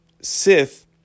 Sith